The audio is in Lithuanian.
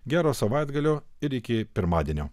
gero savaitgalio ir iki pirmadienio